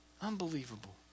Unbelievable